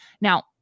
now